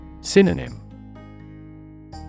Synonym